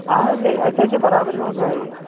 اَہَن حظ یہِ اَسہِ حظ چھِ برابر یِوان گٲڑۍ